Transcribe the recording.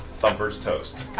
thumper's toast.